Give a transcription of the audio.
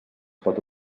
pot